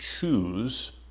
choose